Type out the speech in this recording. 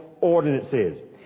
ordinances